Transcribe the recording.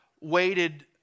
waited